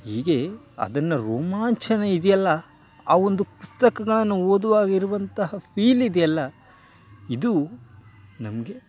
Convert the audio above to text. ಹೀಗೆ ಅದನ್ನು ರೋಮಾಂಚನ ಇದೆಯಲ್ಲ ಆ ಒಂದು ಪುಸ್ತಕಗಳನ್ನು ಓದುವಾಗ ಇರುವಂತಹ ಫೀಲ್ ಇದೆಯಲ್ಲ ಇದು ನಮಗೆ